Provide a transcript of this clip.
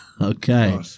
Okay